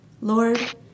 Lord